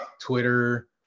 Twitter